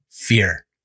Fear